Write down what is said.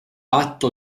atto